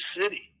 City